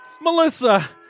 Melissa